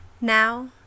Now